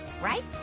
right